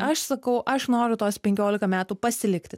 aš sakau aš noriu tuos penkiolika metų pasilikti